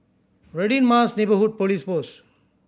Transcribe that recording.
Radin Mas Neighbourhood Police Post